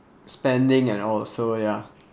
spending and all so ya